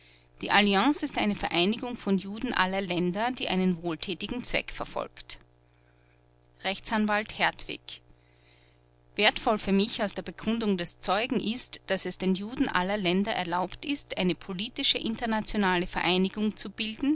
die alliance ist eine vereinigung von juden aller länder die einen wohltätigen zweck verfolgt rechtsanwalt hertwig wertvoll für mich aus der bekundung des zeugen ist daß es den juden aller länder erlaubt ist eine politische internationale vereinigung zu bilden